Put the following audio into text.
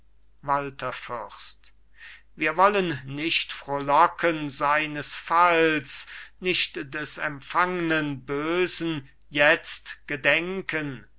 fürst wir wollen nicht frohlocken seines falls nicht des empfangnen bösen jetzt gedenken